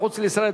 (החלת החוק על חולי פוליו שלקו מחוץ לישראל וטופלו בישראל),